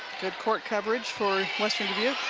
good court coverage for western dubuque.